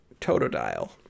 Totodile